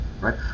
right